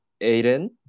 Aiden